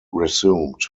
resumed